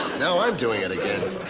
now i'm doing it again.